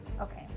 Okay